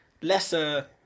lesser